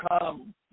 come